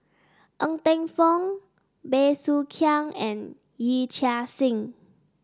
Ng Teng Fong Bey Soo Khiang and Yee Chia Hsing